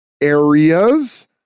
areas